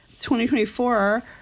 2024